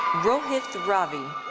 rhoith ravi.